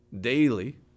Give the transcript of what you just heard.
daily